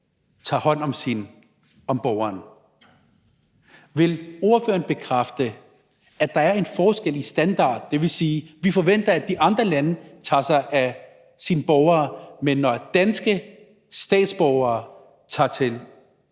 tager hånd om borgeren. Vil ordføreren bekræfte, at der er en forskel i standard? Det vil sige, at der, når vi forventer, at de andre lande tager sig af deres borgere, men vi, når danske statsborgere tager til